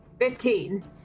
Fifteen